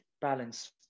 balance